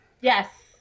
Yes